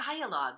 dialogue